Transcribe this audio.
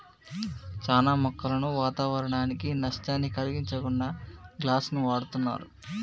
చానా మొక్కలను వాతావరనానికి నష్టాన్ని కలిగించకుండా గ్లాస్ను వాడుతున్నరు